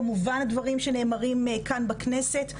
כמובן הדברים שנאמרים כאן בכנסת,